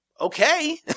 okay